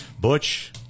Butch